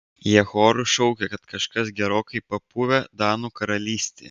jie choru šaukia kad kažkas gerokai papuvę danų karalystėje